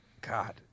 God